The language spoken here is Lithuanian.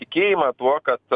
tikėjimą tuo kad